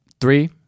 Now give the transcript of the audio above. three